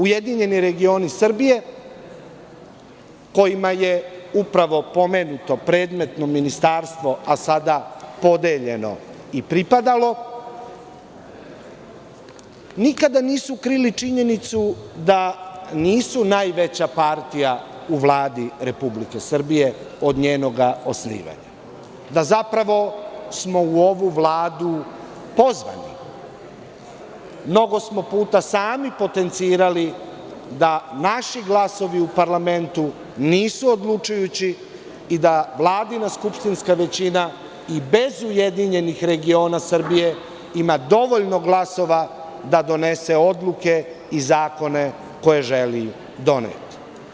URS kojima je upravo pomenuto predmetno ministarstvo, a sada podeljeno i pripadalo, nikada nisu krili činjenicu da nisu najveća partija u Vladi Republike Srbije od njenog osnivanja, da zapravo smo u ovu Vladu pozvani, mnogo puta smo sami potencirali da naši glasovi u parlamentu nisu odlučujući i da Vladina skupštinska većina i bez URSima dovoljno glasova, da donese odluke i zakone koje želi doneti.